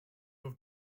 have